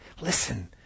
Listen